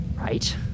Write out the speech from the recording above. Right